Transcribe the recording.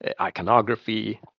iconography